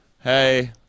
hey